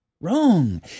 wrong